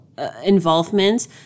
involvement